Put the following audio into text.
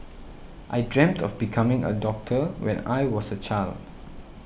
I dreamt of becoming a doctor when I was a child